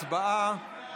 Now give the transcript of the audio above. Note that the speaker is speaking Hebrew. הצבעה.